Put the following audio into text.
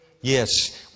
Yes